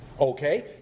Okay